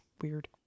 weird